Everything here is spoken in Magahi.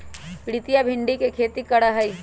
प्रीतिया भिंडी के खेती करा हई